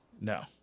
No